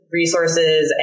resources